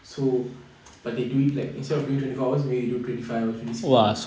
so but they do it like instead of doing like twenty four hours maybe they do twenty five or twenty six